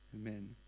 Amen